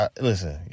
Listen